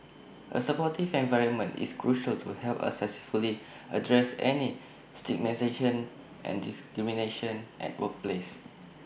A supportive environment is crucial to help us successfully address any stigmatisation and discrimination at workplace